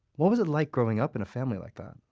what was it like growing up in a family like that?